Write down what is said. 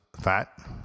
fat